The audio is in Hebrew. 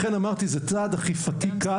לכן אמרתי זה צעד אכיפתי קל,